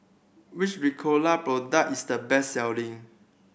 which Ricola product is the best selling